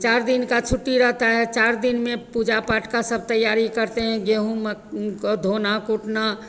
चार दिन की छुट्टी रहती है चार दिन में पूजा पाठ की सब तैयारी करते हैं गेहूँ को धोना कूटना